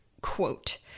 quote